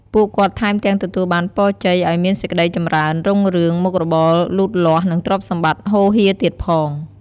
ពួកគាត់ថែមទាំងទទួលបានពរជ័យឲ្យមានសេចក្ដីចម្រើនរុងរឿង មុខរបរលូតលាស់ និងទ្រព្យសម្បត្តិហូរហៀរទៀតផង។